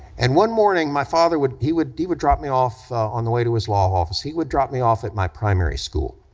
and one morning, my father would, he would he would drop me off on the way to his law office, he would drop me off at my primary school,